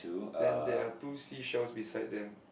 then there are two seashells beside them